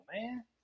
man